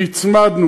והצמדנו,